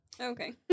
Okay